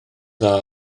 dda